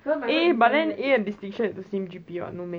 eh but then A and distinction is the same G_P_A [what] no meh